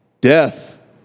death